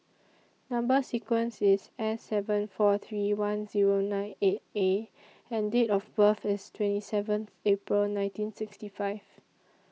Number sequence IS S seven four three one Zero nine eight A and Date of birth IS twenty seventh April nineteen sixty five